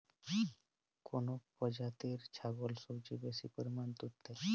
কোন প্রজাতির ছাগল সবচেয়ে বেশি পরিমাণ দুধ দেয়?